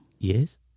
Yes